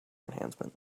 enhancement